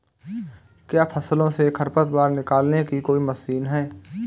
क्या फसलों से खरपतवार निकालने की कोई मशीन है?